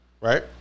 Right